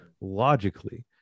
logically